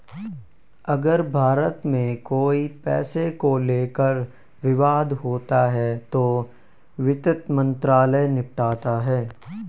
अगर भारत में कोई पैसे को लेकर विवाद होता है तो वित्त मंत्रालय निपटाता है